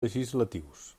legislatius